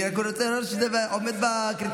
אני רק רוצה לראות שזה עומד בקריטריונים.